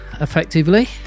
effectively